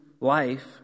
life